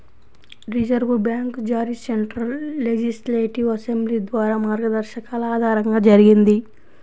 reserve bank జారీ central legislative assembly ద్వారా మార్గదర్శకాల ఆధారంగా జరిగింది